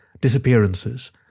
disappearances